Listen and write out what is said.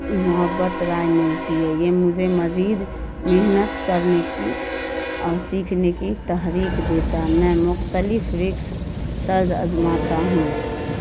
محبت رائے ملتی ہے یہ مجھے مزید محنت کرنے کی اور سیکھنے کی تحریک دیتا میں مختلف رسک طرز آزماتا ہوں